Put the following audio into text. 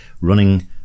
running